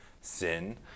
sin